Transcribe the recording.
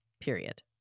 period